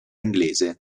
inglese